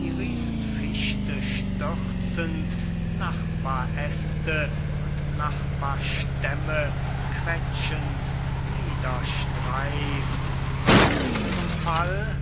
die riesenfichte stürzend nachbaräste und nachbarstämme quetschend nieder streift und ihrem fall